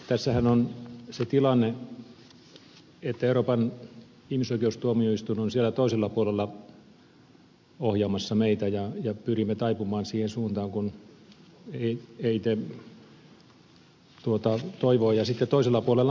tässähän on se tilanne että euroopan ihmisoikeustuomioistuin on siellä toisella puolella ohjaamassa meitä ja pyrimme taipumaan siihen suuntaan kuin eit toivoo ja sitten toisella puolella myöskin